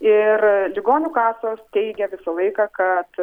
ir ligonių kasos teigia visą laiką kad